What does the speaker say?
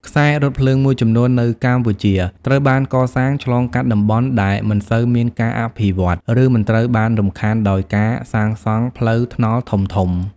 ខ្សែរថភ្លើងមួយចំនួននៅកម្ពុជា ត្រូវបានកសាងឆ្លងកាត់តំបន់ដែលមិនសូវមានការអភិវឌ្ឍ ឬមិនត្រូវបានរំខានដោយការសាងសង់ផ្លូវថ្នល់ធំៗ។